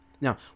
Now